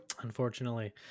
Unfortunately